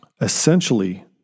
Essentially